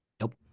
Nope